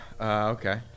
Okay